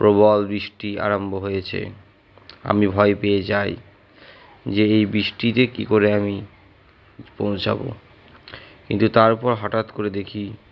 প্রবল বৃষ্টি আরম্ভ হয়েছে আমি ভয় পেয়ে যাই যে এই বৃষ্টিতে কী করে আমি পৌঁছাব কিন্তু তারপর হঠাৎ করে দেখি